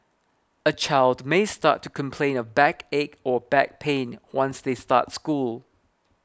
a child may start to complain of backache or back pain once they start school